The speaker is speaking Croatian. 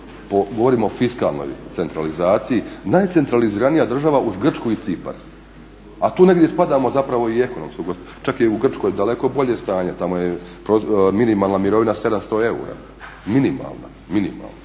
govorim o fiskalnoj centralizaciji, najcentraliziranija država uz Grčku i Cipar. A tu negdje spadamo zapravo i ekonomski. Čak je u Grčkoj daleko bolje stanje, tamo je minimalna mirovina 700 eura, minimalna